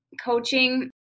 coaching